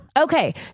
Okay